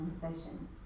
conversation